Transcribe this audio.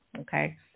Okay